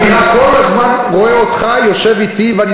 אני רק כל הזמן רואה אותך יושב אתי ואני